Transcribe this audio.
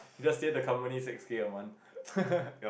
you just save the company six K a month